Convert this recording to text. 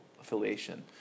affiliation